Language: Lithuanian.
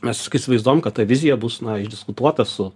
mes kai įsivaizduojam kad ta vizija bus išdiskutuota su